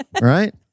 right